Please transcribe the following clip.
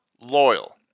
loyal